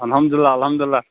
اَلحمد للہ اَلحمد للہ